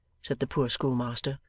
said the poor schoolmaster,